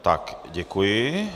Tak, děkuji.